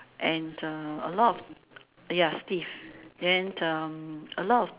and um a lot ya stiff